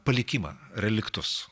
palikimą reliktus